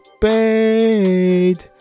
paid